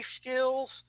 skills